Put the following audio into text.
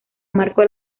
marco